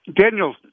Daniel